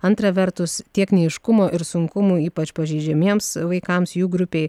antra vertus tiek neaiškumo ir sunkumų ypač pažeidžiamiems vaikams jų grupei